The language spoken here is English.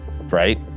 Right